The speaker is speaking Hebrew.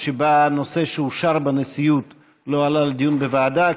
שבה נושא שאושר בנשיאות לא עלה לדיון בוועדה.